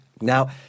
Now